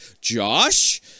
Josh